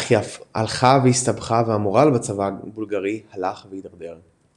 אך היא הלכה והסתבכה והמורל בצבא הבולגרי הלך והדרדר.